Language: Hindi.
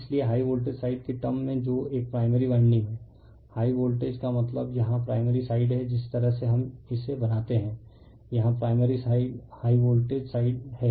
इसलिए हाई वोल्टेज साइड के टर्म में जो एक प्राइमरी वाइंडिंग है हाई वोल्टेज का मतलब यहां प्राइमरी साइड है जिस तरह से हम इसे बनाते हैं यहां primary side high voltage side है